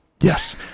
Yes